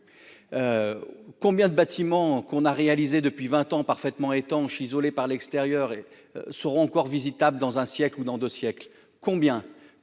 combien de bâtiments qu'on a réalisé depuis 20 ans, parfaitement étanche isolée par l'extérieur et seront encore visitables dans un siècle ou dans 2 siècles, combien